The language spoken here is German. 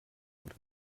oder